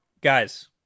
Guys